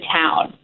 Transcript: town